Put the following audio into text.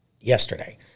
yesterday